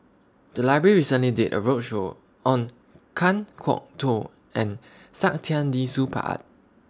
The Library recently did A roadshow on Kan Kwok Toh and Saktiandi Supaat